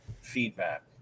feedback